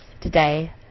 today